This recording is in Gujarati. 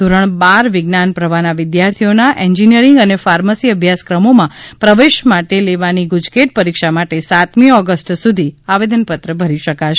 ધોરણ બાર વિજ્ઞાન પ્રવાહનાં વિધાર્થીઓનાં એન્જીનીયરીંગ અને ફાર્મસી અભ્યાસક્રમોમાં પ્રવેશ માટે લેવાની ગુજકેટ પરીક્ષા માટે સાતમી ઓગસ્ટ સુધી આવેદનપત્ર ભરી શકાશે